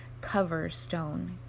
Coverstone